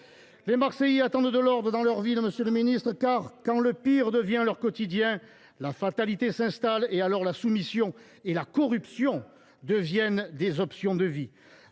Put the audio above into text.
Les Marseillais attendent de l’ordre dans leur ville. En effet, quand le pire devient leur quotidien, la fatalité s’installe et la soumission et la corruption deviennent des options de vie.